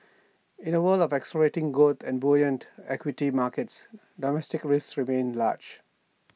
in A world of accelerating growth and buoyant equity markets domestic risks remain large